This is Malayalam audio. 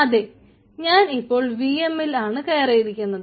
അതെ ഞാൻ ഇപ്പോൾ വിഎമ്മിൽ ആണ് കയറിയിരിക്കുന്നത്